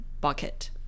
bucket